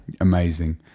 amazing